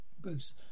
Bruce